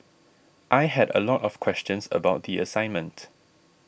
I had a lot of questions about the assignment